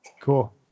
Cool